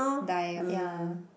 die yeah